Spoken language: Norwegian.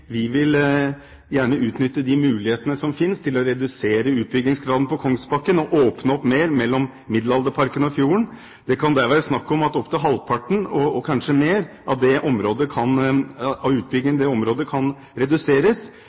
gjerne utnytte de mulighetene som finnes til å redusere utbyggingsgraden på Kongsbakken og åpne opp mer mellom Middelalderparken og fjorden. Det kan der være snakk om at opptil halvparten og kanskje mer av utbyggingen i det området kan reduseres, både ved at man betaler et infrastrukturbidrag fra kommunen som erstatter det